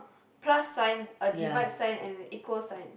plus sign a divide sign and equal sign